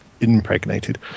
Impregnated